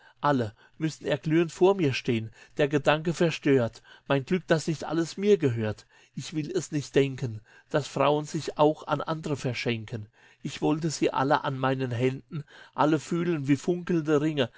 alle müßten erglühend vor mir stehen der gedanke verstört mein glück daß nicht alles mir gehört ich will es nicht denken daß frauen sich auch an andre verschenken ich wollte sie alle an meinen händen alle fühlen wie funkelnde ringe